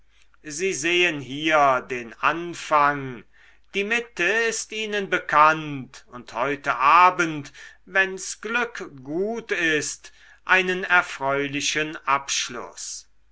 sie sehen hier den anfang die mitte ist ihnen bekannt und heute abend wenn s glück gut ist einen erfreulichen abschluß